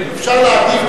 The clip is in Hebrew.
אפשר להגיב,